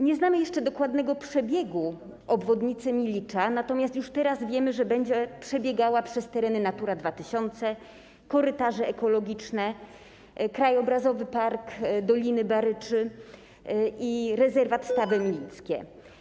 Nie znamy jeszcze dokładnego przebiegu obwodnicy Milicza, natomiast już teraz wiemy, że będzie przebiegała przez tereny Natura 2000, korytarze ekologiczne, Park Krajobrazowy Doliny Baryczy i rezerwat Stawy Milickie.